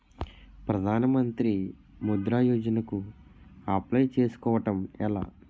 ప్రధాన మంత్రి ముద్రా యోజన కు అప్లయ్ చేసుకోవటం ఎలా?